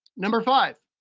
number five,